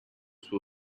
suo